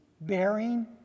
bearing